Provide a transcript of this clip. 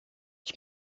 ich